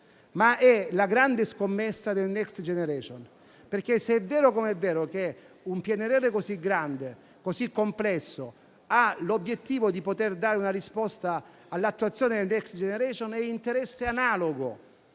anche la grande scommessa del Next generation EU. Se è vero, come lo è, che un PNRR così grande e così complesso ha l'obiettivo di dare una risposta all'attuazione del Next generation EU, vi è interesse analogo